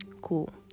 Cool